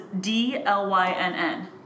D-L-Y-N-N